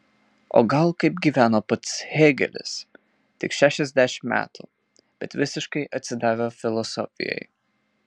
o gal kaip gyveno pats hėgelis tik šešiasdešimt metų bet visiškai atsidavę filosofijai